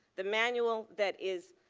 the manual that is